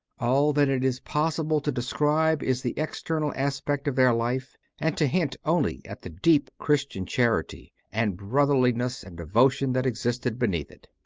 all that it is possible to describe is the external aspect of their life and to hint only at the deep christian charity and brotherli ness and devotion that existed beneath it.